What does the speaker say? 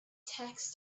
tax